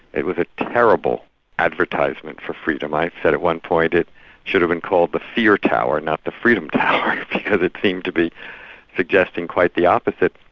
it was a terrible advertisement for freedom. i said at one point it should have been called the fear tower, not the freedom tower because it seemed to be suggesting quite the opposite.